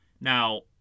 Now